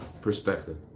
perspective